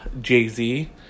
Jay-Z